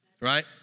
right